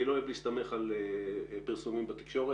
אני לא אוהב להסתמך על פרסומים בתקשורת,